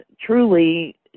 truly